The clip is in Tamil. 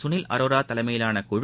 சுனில் அரோரா தலைமையிலான குழு